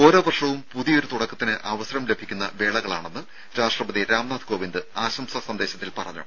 ഓരോ വർഷവും പുതിയൊരു തുടക്കത്തിന് അവസരം നൽകുന്ന വേളകളാണെന്ന് രാഷ്ട്രപതി രാംനാഥ് കോവിന്ദ് ആശംസാ സന്ദേശത്തിൽ പറഞ്ഞു